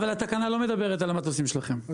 אבל התקנה לא מדברת על המטוסים שלכם.